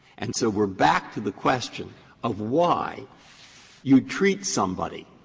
and so we're back to the question of why you treat somebody